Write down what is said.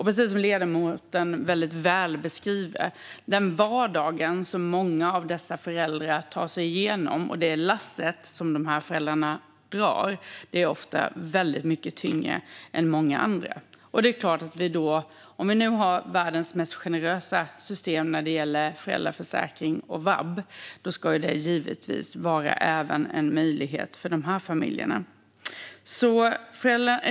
Precis som ledamoten väldigt väl beskriver är den vardag som många av dessa föräldrar tar sig igenom och det lass som de drar ofta väldigt mycket tyngre än för många andra. Om vi nu har världens mest generösa system när det gäller föräldraförsäkring och vab ska det givetvis vara en möjlighet även för de här familjerna.